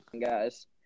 Guys